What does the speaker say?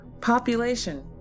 Population